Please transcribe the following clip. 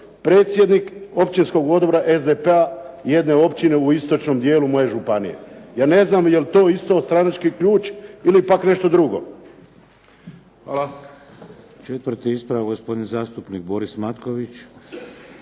predsjednik Općinskog odbora SDP-a jedne općine u istočnom dijelu moje županije. Ja ne znam jel to isto stranački ključ ili pak nešto drugo. Hvala. **Šeks, Vladimir (HDZ)** Četvrti ispravak, gospodin zastupnik Boris Matković.